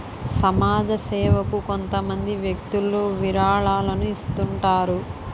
సమాజ సేవకు కొంతమంది వ్యక్తులు విరాళాలను ఇస్తుంటారు